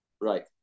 right